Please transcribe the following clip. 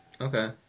Okay